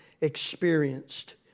experienced